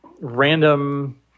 random